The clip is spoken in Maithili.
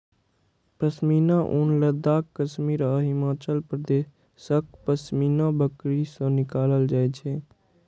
पश्मीना ऊन लद्दाख, कश्मीर आ हिमाचल प्रदेशक पश्मीना बकरी सं निकालल जाइ छै